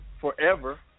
forever